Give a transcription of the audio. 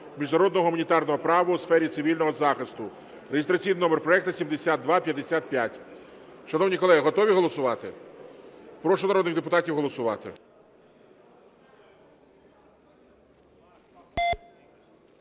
міжнародного гуманітарного права у сфері цивільного захисту (реєстраційний номер проекту 7255). Шановні колеги, готові голосувати? Прошу народних депутатів голосувати.